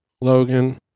Logan